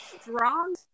strong